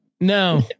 No